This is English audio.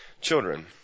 children